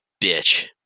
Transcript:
bitch